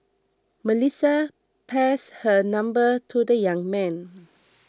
Melissa passed her number to the young man